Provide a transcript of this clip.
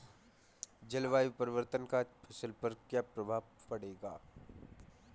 जलवायु परिवर्तन का फसल पर क्या प्रभाव पड़ेगा?